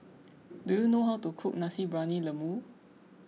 do you know how to cook Nasi Briyani Lembu